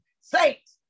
saints